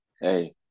hey